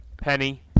Penny